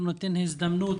ניתן הזדמנות